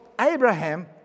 Abraham